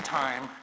time